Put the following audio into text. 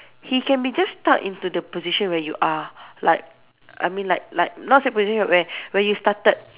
he can be just stuck into the position where you are like I mean like like not say position where where you started